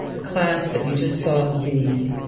the class that you just saw the